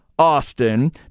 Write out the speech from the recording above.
Austin